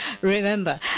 remember